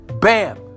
bam